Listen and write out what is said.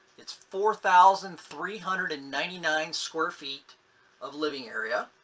it's four thousand three hundred and ninety nine square feet of living area.